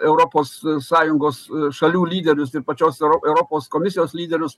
europos sąjungos šalių lyderius ir pačios euro europos komisijos lyderius